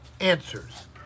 answers